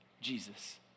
Jesus